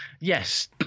Yes